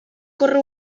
córrer